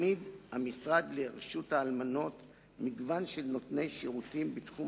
המשרד מעמיד לרשות האלמנות מגוון של נותני שירותים בתחום